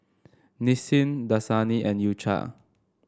Nissin Dasani and U Cha